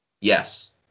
Yes